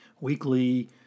weekly